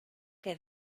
que